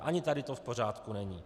Ani tady to v pořádku není.